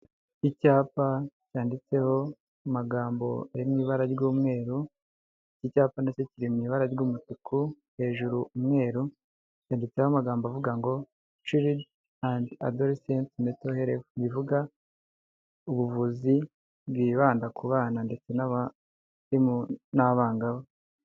Icyapa cyanditseho amagambo ari mu ibara ry'umweru, icyi cyapa ndetse cyiri mu ibara ry'umutuku hejuru umweru, cyanditseho amagambo avuga ngo "Child and Adolescent Mental Health", bivuga ubuvuzi bwibanda ku bana ndetse n'abangavu.